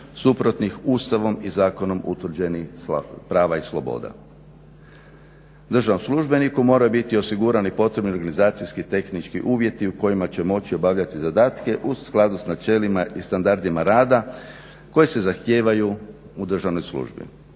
suprotnih Ustavom i zakonom utvrđenih prava i sloboda. Državnom službeniku moraju biti osigurani potrebni organizacijski tehnički uvjeti u kojima će moći obavljati zadatke u skladu s načelima i standardima rada koje se zahtijevaju u državnoj službi.